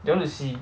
you want to see